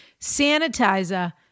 Sanitizer